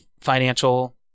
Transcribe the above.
financial